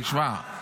תשמע.